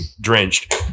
drenched